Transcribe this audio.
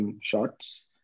shots